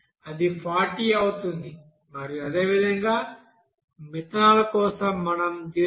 అది 40 అవుతుంది మరియు అదేవిధంగా మిథనాల్ కోసం మనం 0